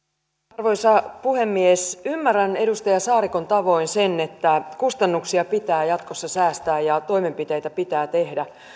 arvoisa puhemies ymmärrän edustaja saarikon tavoin sen että kustannuksista pitää jatkossa säästää ja toimenpiteitä pitää tehdä